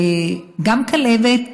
גם כלבת,